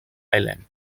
islands